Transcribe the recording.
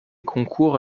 concours